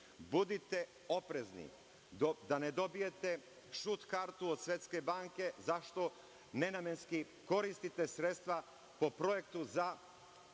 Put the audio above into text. Budite oprezni da ne dobijete šut kartu od Svetske banke, zašto nenamenski koristite sredstva po projektu za